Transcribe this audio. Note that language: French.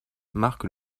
marque